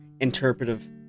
interpretive